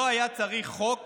לא היה צריך חוק